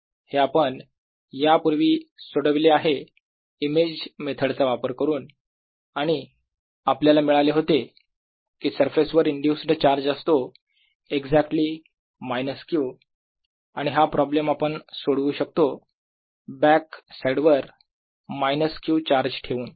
हे आपण या पूर्वी सोडविले आहे इमेज मेथड चा वापर करून आणि आपल्याला मिळाले होते की सरफेस वर इंड्यूस्ड चार्ज असतो एक्झॅक्ट्ली मायनस Q आणि हा प्रॉब्लेम आपण सोडवू शकतो बॅक साईड वर मायनस Q चार्ज ठेवून